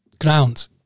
ground